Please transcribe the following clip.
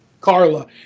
Carla